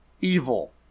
evil